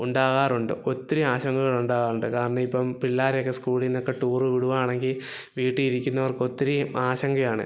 ഉണ്ടാകാറുണ്ട് ഒത്തിരി ആശങ്കകളുണ്ടാകാറുണ്ട് കാരണം ഇപ്പോള് പിള്ളാരെ ഒക്കെ സ്കൂളീന്നൊക്കെ ടൂറ് വിടുവാണെങ്കില് വീട്ടില് ഇരിക്കുന്നവർക്ക് ഒത്തിരി ആശങ്കയാണ്